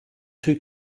two